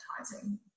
advertising